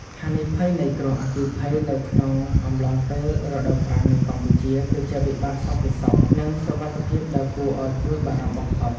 ហានិភ័យនៃគ្រោះអគ្គីភ័យនៅក្នុងអំឡុងពេលរដូវប្រាំងនៅកម្ពុជា គឺជាវិបត្តិសន្តិសុខ និងសុវត្ថិភាពដ៏គួរឱ្យព្រួយបារម្ភបំផុត។